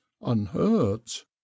unhurt